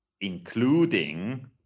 including